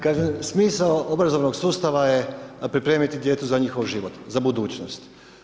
Kažem, smisao obrazovnog sustava je pripremiti dijete za njihov život, za budućnost.